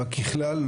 אבל ככלל,